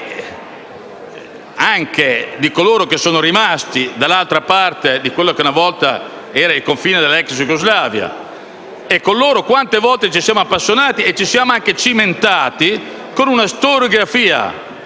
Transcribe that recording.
e anche di coloro che sono rimasti dall'altra parte di quello che una volta era il confine dell'ex Jugoslavia. Quante volte con loro ci siamo appassionati e ci siamo anche cimentati, di fronte a una storiografia